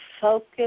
focus